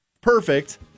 perfect